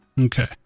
Okay